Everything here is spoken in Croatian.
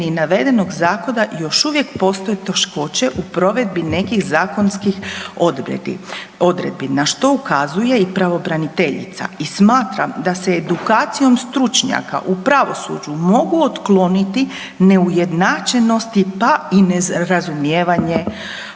navedenog zakona još uvijek postoje teškoće u provedbi nekih zakonskih odredbi na što ukazuje i pravobraniteljica i smatra da se edukacijom stručnjaka u pravosuđu mogu ukloniti neujednačenosti pa i nerazumijevanje,